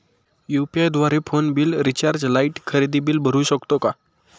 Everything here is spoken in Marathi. यु.पी.आय द्वारे फोन बिल, रिचार्ज, लाइट, खरेदी बिल भरू शकतो का?